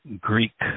Greek